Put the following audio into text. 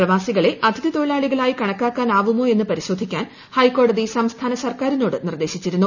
പ്രവാസികളെ അതിഥിതൊഴിലാളികളായി കണക്കാക്കാൻ ആവുമോ എന്ന് പരിശോധിക്കാൻ ഹൈക്കോടതി സംസ്ഥാന സർക്കാരിനോട് നിർദേശിച്ചിരുന്നു